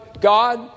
God